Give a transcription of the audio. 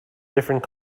different